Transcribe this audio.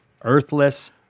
Earthless